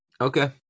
Okay